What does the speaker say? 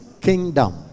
kingdom